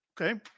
Okay